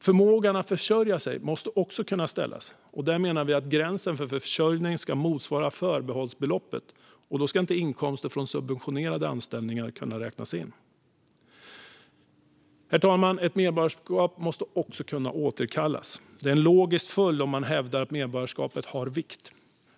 Den andra saken är förmågan att försörja sig. Där menar vi att gränsen för försörjning ska motsvara förbehållsbeloppet. Då ska inte inkomster från subventionerade anställningar räknas in. Herr talman! Ett medborgarskap måste också kunna återkallas. Det är en logisk följd om man hävdar att medborgarskapet har vikt.